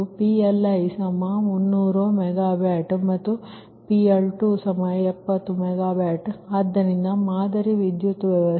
PL1 300 megawatt ಮತ್ತು PL2 70 megawatt ಆದ್ದರಿಂದ ಮಾದರಿ ವಿದ್ಯುತ್ ವ್ಯವಸ್ಥೆ